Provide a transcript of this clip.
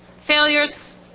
failures